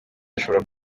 rishobora